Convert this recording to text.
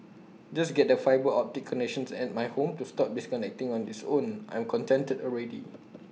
just get the fibre optic connections at my home to stop disconnecting on its own I'm contented already